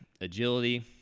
agility